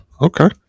okay